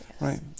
Right